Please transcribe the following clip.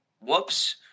whoops